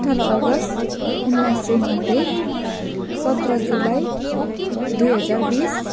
अठार अगस्त उन्नाइस सय नब्बे सत्र जुलाई दुई हजार बिस